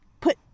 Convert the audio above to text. put